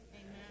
Amen